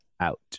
out